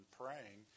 praying